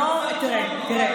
תראה,